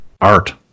art